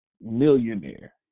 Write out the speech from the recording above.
millionaire